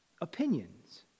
Opinions